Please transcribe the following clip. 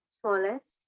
smallest